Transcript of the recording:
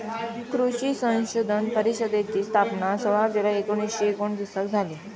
कृषी संशोधन परिषदेची स्थापना सोळा जुलै एकोणीसशे एकोणतीसाक झाली